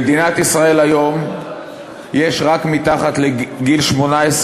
במדינת ישראל היום יש, רק מתחת לגיל 18,